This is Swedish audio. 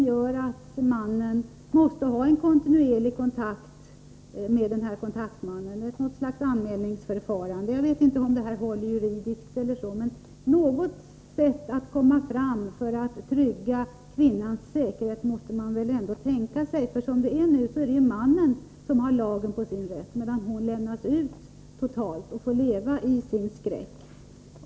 där mannen måste ha en kontinuerlig kontakt med kontaktmannen — något slags anmälningsförfarande. Jag vet inte om det håller juridiskt, men det måste finnas något sätt att trygga kvinnans säkerhet. Som det är nu är det ju mannen som har lagen på sin sida, medan kvinnan lämnas ut totalt och får leva i sin skräck.